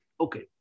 Okay